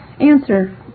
Answer